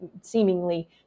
seemingly